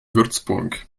würzburg